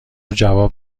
جواب